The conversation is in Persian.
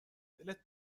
دلت